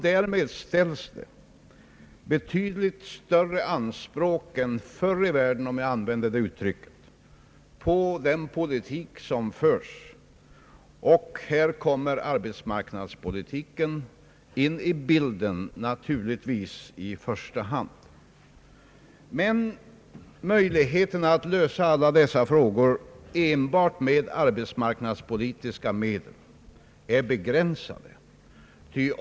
Därmed ställs betydligt större anspråk än förr i världen — om jag får använda det uttrycket — på den politik som förs. Här kommer arbetsmarknadspolitiken in i bilden, naturligtvis i första hand. Möjligheterna att lösa alla dessa frågor enbart med <arbetsmarknadspolitiska medel är emellertid begränsade.